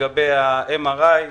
בנוגע לאם.אר.איי.